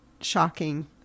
shocking